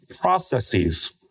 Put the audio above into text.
Processes